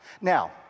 Now